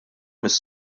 mis